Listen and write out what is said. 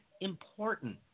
important